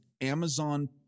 Amazon